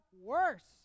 worse